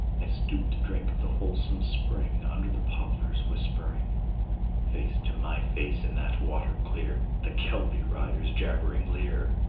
i stooped to drink of the wholesome spring under the poplars whispering face to my face in that water clear the kelpie rider's jabbering leer!